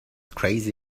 crazy